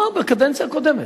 לא, בקדנציה הקודמת.